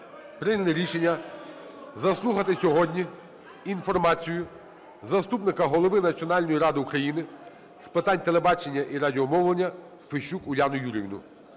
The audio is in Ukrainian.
прийняли рішення заслухати сьогодні інформацію заступника голови Національної ради України з питань телебачення і радіомовлення Фещук Уляну Юріївну.